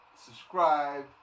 subscribe